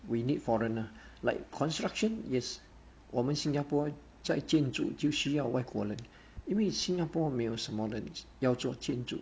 we need foreigner like construction yes 我们新加坡在建筑就需要外国人因为新加坡没有什么人要做建筑